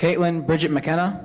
caitlin bridget mckenna